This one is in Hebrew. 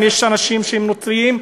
אם יש אנשים שהם נוצרים,